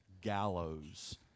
gallows